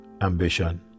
ambition